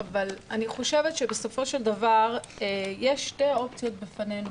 אבל אני חושבת שבסופו של דבר יש שתי אופציות בפנינו.